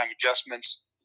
adjustments